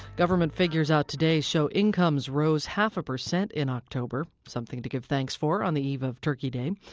government figures out today show incomes rose half a percent in october. something to give thanks for on the eve of turkey day.